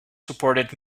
supported